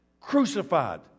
crucified